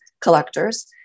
Collectors